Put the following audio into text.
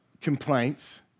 complaints